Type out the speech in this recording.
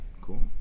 Cool